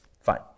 fine